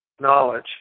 knowledge